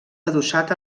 adossat